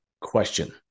question